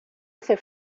hace